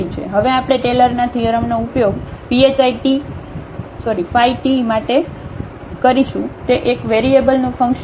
હવે આપણે ટેલરના થીઅરમનો ઉપયોગ phi t ફાઇ માટે કરીશું તે એક વેરિયેબલનું ફંકશન છે